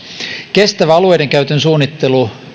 kestävä alueidenkäytön suunnittelu